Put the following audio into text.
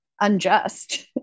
unjust